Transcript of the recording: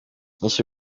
inyinshi